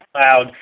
cloud